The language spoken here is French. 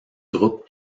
groupe